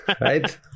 right